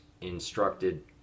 instructed